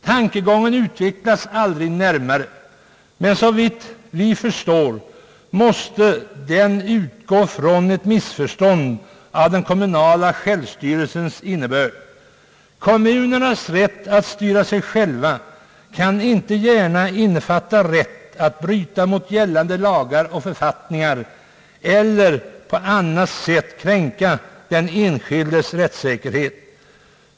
Tankegången utvecklas aldrig närmare, men såvitt vi förstår måste den utgå från ett missförstånd av den kommunala självstyrelsens innebörd. Kommunernas rätt att styra sig själva kan inte gärna innefatta rätt att bryta mot gällande lagar och författningar eller på annat sätt kränka den enskildes rättssäkerhet.